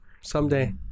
Someday